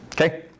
okay